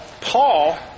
Paul